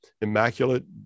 immaculate